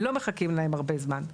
לא מחכים להם הרבה זמן.